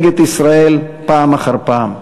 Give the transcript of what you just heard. נגד ישראל פעם אחר פעם.